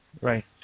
Right